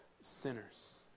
sinners